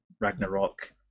Ragnarok